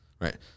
right